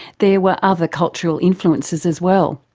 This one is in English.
there were other cultural influences as well.